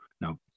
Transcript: Now